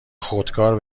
خودکار